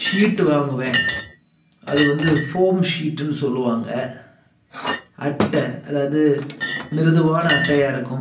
sheet வாங்குவேன் அது வந்து ஃபோம் ஷீட்டுன்னு சொல்லுவாங்க அட்டை அதாவது மிருதுவான அட்டையாக இருக்கும்